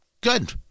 Good